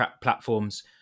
platforms